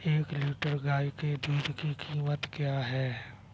एक लीटर गाय के दूध की कीमत क्या है?